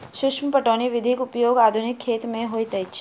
सूक्ष्म पटौनी विधिक उपयोग आधुनिक खेती मे होइत अछि